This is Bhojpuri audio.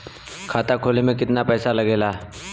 खाता खोले में कितना पैसा लगेला?